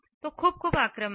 तो खूप खूप आक्रमक आहे